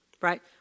right